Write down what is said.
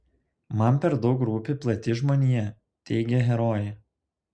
man per daug rūpi plati žmonija teigia herojė